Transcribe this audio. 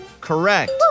Correct